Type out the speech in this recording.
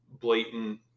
blatant